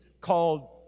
called